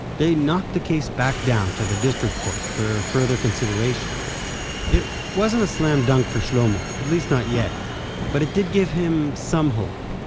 they knocked the case back down to the district court for further consideration it wasn't a slam dunk for shlomo, at least not yet but it did give him some hope.